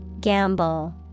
Gamble